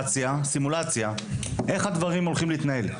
סימולציה של איך הדברים הולכים להתנהל?